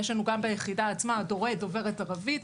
יש לנו גם ביחידה עצמה דוברת ערבית,